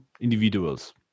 individuals